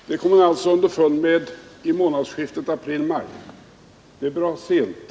Herr talman! Det kom man alltså underfund med i månadsskiftet april-maj, och det är bra sent.